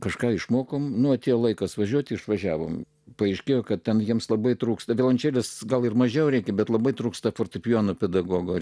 kažką išmokom nuo atėjo laikas važiuoti išvažiavome paaiškėjo kad tam jiems labai trūksta violončelės gal ir mažiau reikia bet labai trūksta fortepijono pedagogo